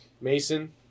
Mason